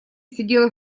сидела